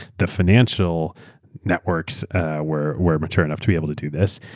the financial networks were were mature enough to be able to do this.